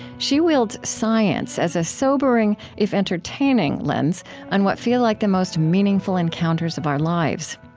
she wields science as a sobering, if entertaining, lens on what feel like the most meaningful encounters of our lives.